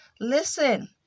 listen